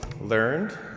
learned